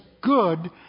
good